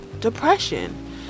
depression